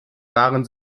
waren